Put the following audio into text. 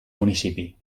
municipi